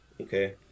okay